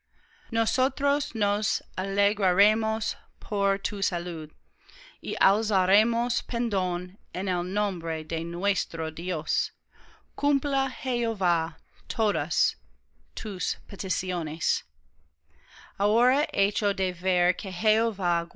nosotros nos alegraremos por tu salud y alzaremos pendón en el nombre de nuestro dios cumpla jehová